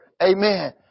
Amen